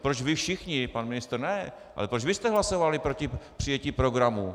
Proč vy všichni pan ministr ne ale proč vy jste hlasovali proti přijetí programu?